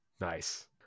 Nice